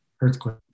earthquake